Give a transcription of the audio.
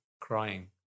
crying